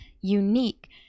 unique